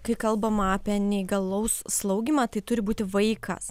kai kalbama apie neįgalaus slaugymą tai turi būti vaikas